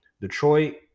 Detroit